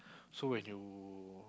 so when you